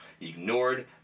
ignored